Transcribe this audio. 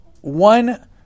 One